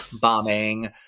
bombing